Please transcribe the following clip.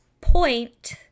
point